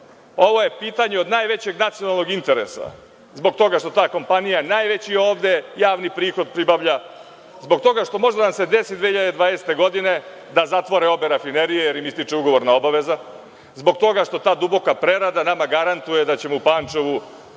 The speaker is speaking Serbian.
ovo je pitanje od najvećeg nacionalnog interesa, zbog toga što ta kompanija najveći ovde javni prihod pribavlja, zbog toga što može da vam se desi 2020. godine da zatvore obe rafinerije, jer im ističe ugovorna obaveza. Zbog toga što ta duboka prerada nama garantuje da ćemo u Pančevu